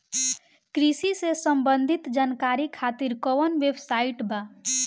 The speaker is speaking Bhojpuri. कृषि से संबंधित जानकारी खातिर कवन वेबसाइट बा?